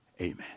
amen